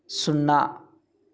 సున్నా